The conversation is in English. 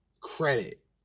credit